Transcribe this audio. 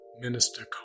Minister